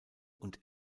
und